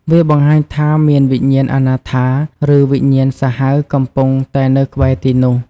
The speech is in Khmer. វាបង្ហាញថាមានវិញ្ញាណអនាថា ឬវិញ្ញាណសាហាវកំពុងតែនៅក្បែរទីនោះ។